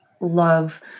love